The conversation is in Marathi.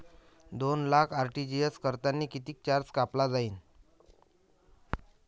दोन लाख आर.टी.जी.एस करतांनी कितीक चार्ज कापला जाईन?